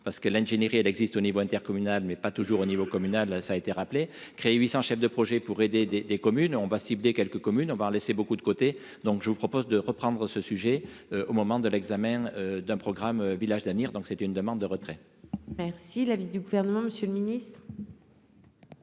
parce que l'ingénierie elle existe au niveau intercommunal, mais pas toujours au niveau communal, ça été rappelé créer 800, chef de projet pour aider des des communes on va cibler quelques communes on va laisser beaucoup de côté, donc, je vous propose de reprendre ce sujet au moment de l'examen d'un programme Village d'avenir, donc c'était une demande de retrait. Merci l'avis du gouvernement, monsieur le ministre.